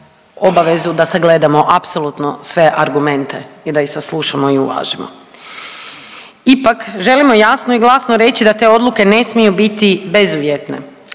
obavezu da sagledamo apsolutno sve argumente i da ih saslušamo i uvažimo. Ipak želimo jasno i glasno reći da te odluke ne smiju biti bezuvjetne.